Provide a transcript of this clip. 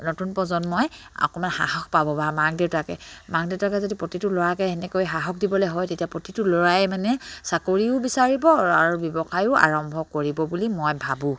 নতুন প্ৰজন্মই আপোনাৰ সাহস পাব বা মাক দেউতাকে মাক দেউতাকে যদি প্ৰতিটো ল'ৰাকে সেনেকৈ সাহস দিবলে হয় তেতিয়া প্ৰতিটো ল'ৰাই মানে চাকৰিও বিচাৰিব আৰু ব্যৱসায়ো আৰম্ভ কৰিব বুলি মই ভাবোঁ